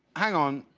hang on.